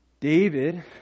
David